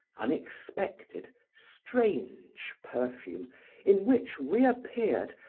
unexpected, strange perfume in which reappeared,